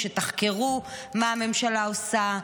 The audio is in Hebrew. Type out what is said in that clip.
שתחקרו מה הממשלה עושה,